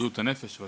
בבריאות הנפש, אבל